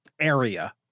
area